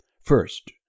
first